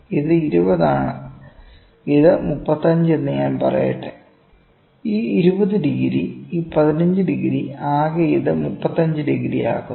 ഇത് 20 ആണ് ഇത് 35 എന്ന് ഞാൻ പറയട്ടെ ഈ 20 ഡിഗ്രി ഈ 15 ഡിഗ്രി ആകെ ഇത് 35 ഡിഗ്രി ആക്കുന്നു